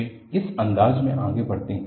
वे इस अंदाज में आगे बढ़ते हैं